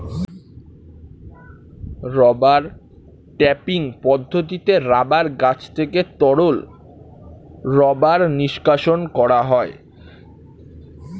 rubber tapping পদ্ধতিতে rubber গাছ থেকে তরল রাবার নিষ্কাশণ করা হয়